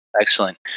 Excellent